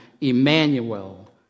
Emmanuel